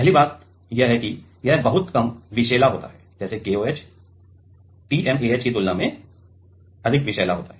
पहली बात यह है कि यह बहुत कम विषैला होता है जैसे KOH TMAH की तुलना में अधिक विषैला होता है